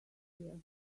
here